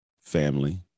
family